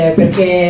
perché